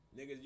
Niggas